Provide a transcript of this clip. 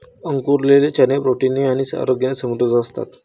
अंकुरलेले चणे प्रोटीन ने आणि आरोग्याने समृद्ध असतात